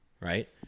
Right